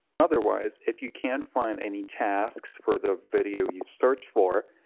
otherwise, if you can't find any tasks for the video you searched for,